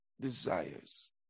desires